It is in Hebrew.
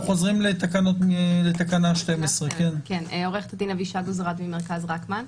אנחנו חוזרים לתקנה 12. עורכת הדין אבישג עוזרד ממרכז רקמן,